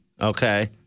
Okay